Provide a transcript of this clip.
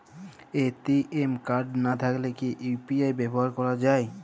ATM card না থাকলে কি ইউ.পি.আই ব্যবহার করা য়ায়?